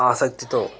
ఆసక్తితో